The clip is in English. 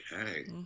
Okay